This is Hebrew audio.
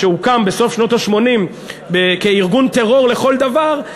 שהוקם בסוף שנות ה-80 כארגון טרור לכל דבר,